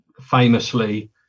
famously